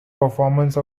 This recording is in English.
performance